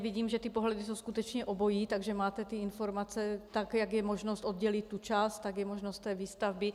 Vidím, že ty pohledy jsou skutečně obojí, takže máte ty informace, jak je možnost oddělit tu část, tak je možnost té výstavby.